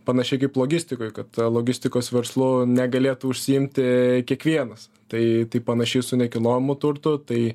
panašiai kaip logistikoj kad logistikos verslu negalėtų užsiimti kiekvienas tai tai tai panašiai su nekilnojamu turtu tai